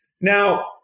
Now